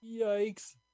Yikes